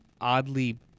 oddly